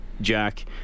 Jack